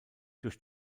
durch